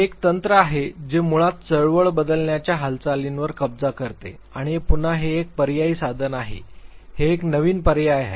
हे एक तंत्र आहे जे मुळात चळवळ बदलण्याच्या हालचालींवर कब्जा करते आणि हे पुन्हा एक पर्यायी साधन आहे हे एक नवीन पर्याय आहे